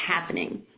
happening